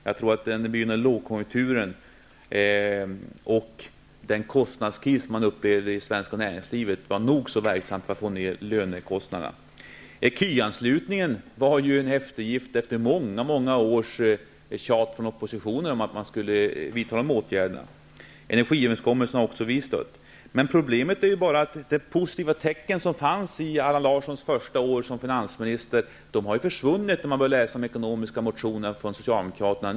Den begynnande lågkonjunkturen och den kostnadskris som man upplevde i det svenska näringslivet var nog så verksamma för att få ner löneökningarna. Ecu-anslutningen var en eftergift efter många års tjat från opppositionen om att man skulle vidta den åtgärden. Energiöverenskommelsen har också vi stött. Problemet är bara att de positiva tecken som fanns under Allan Larssons första år som finansminister har försvunnit. Det ser man när man nu börjar läsa de ekonomiska motionerna från Socialdemokraterna.